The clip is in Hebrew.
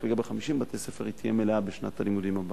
רק לגבי 50 בתי-ספר היא תהיה מלאה בשנת הלימודים הבאה.